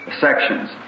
sections